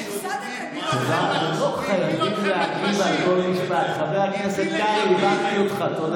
הפסדתם, הפיל אתכם לקרשים, תודה.